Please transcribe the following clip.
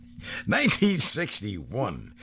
1961